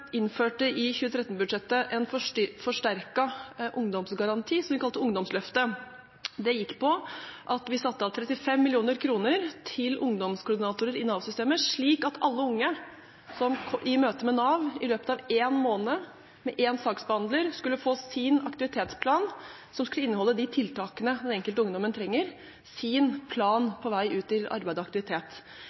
innførte i 2013-budsjettet en forsterket ungdomsgaranti som de kalte ungdomsløftet. Den gikk ut på at vi satte av 35 mill. kr til ungdomskoordinatorer i Nav-systemet, slik at alle unge i møte med Nav i løpet av én måned med én saksbehandler skulle få sin egen aktivitetsplan som inneholdt de tiltakene den enkelte ungdommen trengte – en plan for veien ut i arbeid og aktivitet.